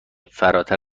فراتر